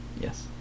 Yes